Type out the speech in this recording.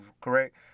correct